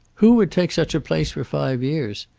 who would take such a place for five years?